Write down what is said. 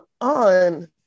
on